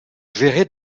gérer